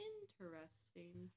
Interesting